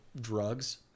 drugs